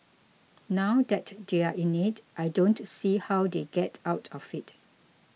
now that they're in it I don't see how they get out of it